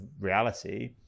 reality